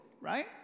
right